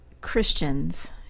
Christians